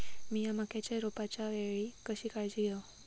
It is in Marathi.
मीया मक्याच्या रोपाच्या वेळी कशी काळजी घेव?